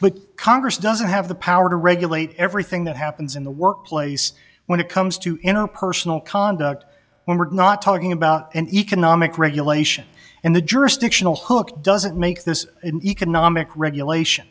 but congress doesn't have the power to regulate everything that happens in the workplace when it comes to you know personal conduct when we're not talking about an economic regulation and the jurisdictional hook doesn't make this an economic regulation